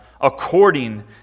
according